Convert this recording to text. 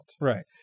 Right